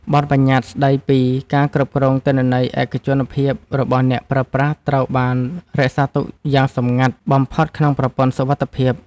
បទប្បញ្ញត្តិស្ដីពីការគ្រប់គ្រងទិន្នន័យឯកជនភាពរបស់អ្នកប្រើប្រាស់ត្រូវបានរក្សាទុកយ៉ាងសម្ងាត់បំផុតក្នុងប្រព័ន្ធសុវត្ថិភាព។